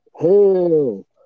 hell